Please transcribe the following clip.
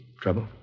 Trouble